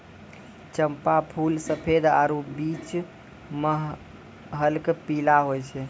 चंपा फूल सफेद आरु बीच मह हल्क पीला होय छै